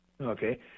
Okay